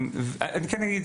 אני כן אגיד,